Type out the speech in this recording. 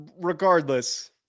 Regardless